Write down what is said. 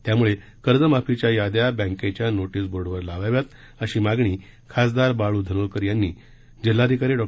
त्यामुळे कर्जमाफीच्या याद्या बँकेच्या नोटीस बोर्डवर लावाव्या अशी मागणी खासदार बाळू धानोरकर यांनी जिल्हाधिकारी डॉ